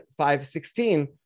516